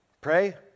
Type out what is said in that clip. Pray